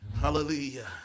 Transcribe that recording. Hallelujah